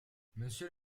monsieur